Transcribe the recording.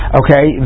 okay